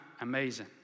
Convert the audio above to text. amazing